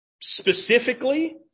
specifically